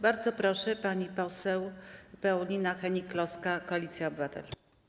Bardzo proszę, pani poseł Paulina Hennig-Kloska, Koalicja Obywatelska.